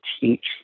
teach